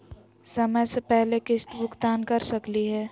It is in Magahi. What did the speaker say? समय स पहले किस्त भुगतान कर सकली हे?